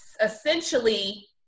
essentially